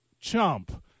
chump